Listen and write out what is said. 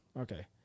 okay